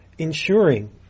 Ensuring